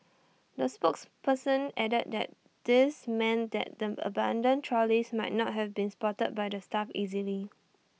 the spokesperson added that this meant that the abandoned trolleys might not have been spotted by the staff easily